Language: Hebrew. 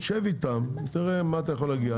שב איתם ותראה למה אתה יכול להגיע.